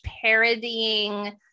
parodying